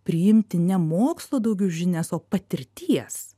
priimti ne mokslo daugiau žinias o patirties